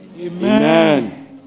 amen